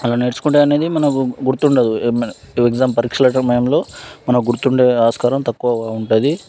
అలా నేర్చుకుంటే అనేది మనకి గుర్తుండదు ఏమనేది ఎగ్జామ్ పరీక్షల సమయంలో మనకి గుర్తుండే ఆస్కారం తక్కువ ఉంటుంది